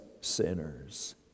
sinners